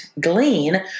glean